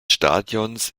stadions